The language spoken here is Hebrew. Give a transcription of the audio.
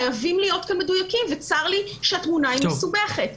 חייבים להיות כאן מדויקים וצר לי שהתמונה היא מסובכת.